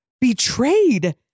betrayed